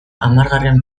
hamargarren